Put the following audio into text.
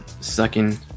sucking